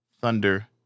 Thunder